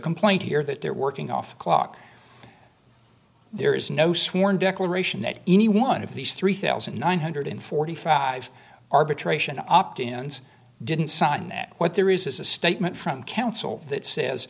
complaint here that they're working off the clock there is no sworn declaration that any one of these three thousand nine hundred and forty five arbitration opt in and didn't sign that what there is is a statement from counsel that says